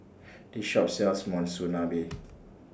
This Shop sells Monsunabe